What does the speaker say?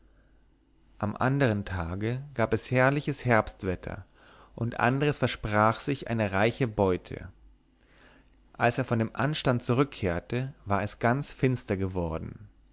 am andern tage gab es herrliches herbstwetter und andres versprach sich eine reiche beute als er von dem anstand zurückkehrte war es ganz finster geworden